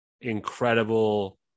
incredible